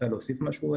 אני